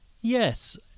Yes